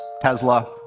Tesla